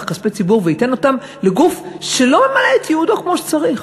כספי ציבור וייתן אותם לגוף שלא ממלא את ייעודו כמו שצריך,